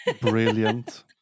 Brilliant